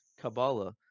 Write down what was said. Kabbalah